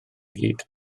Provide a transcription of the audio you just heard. gyd